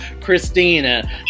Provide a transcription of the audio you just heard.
Christina